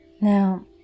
Now